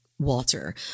Walter